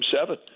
seven